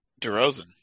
DeRozan